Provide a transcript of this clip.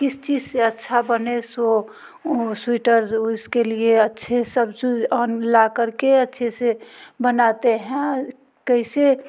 किस चीज़ से अच्छा बने सो स्वेटर उसके लिए अच्छे सब और मिला कर के अच्छे से बनाते हैं कैसे